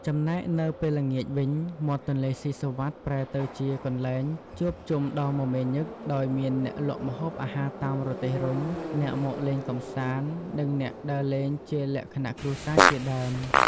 ចំណែកនៅពេលល្ងាចវិញ មាត់ទន្លេសុីសុវត្ថិប្រែទៅជាកន្លែងជួបជុំដ៏មមាញឹក ដោយមានអ្នកលក់ម្ហូបអាហារតាមរទេះរុញ អ្នកមកលេងកម្សាន្ត និងអ្នកដើរលេងជាលក្ខណៈគ្រួសារជាដើម។